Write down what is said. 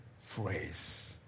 phrase